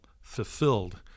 fulfilled